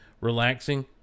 relaxing